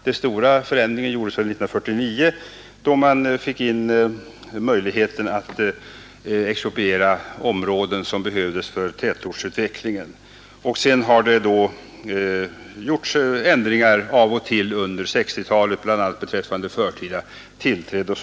Den stora förändringen gjordes 1949 då man fick in möjligheten att expropriera områden som behövdes för tätortsutvecklingen. Sedan har det gjorts förändringar av och till under 1960-talet, bl.a. beträffande förtida tillträde.